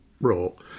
role